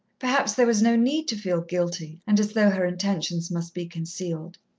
perhaps there was no need to feel guilty and as though her intentions must be concealed.